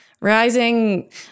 rising